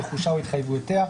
רכושה או התחייבויותיה,